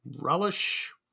relish